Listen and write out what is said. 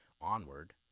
onward